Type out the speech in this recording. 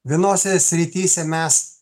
vienose srityse mes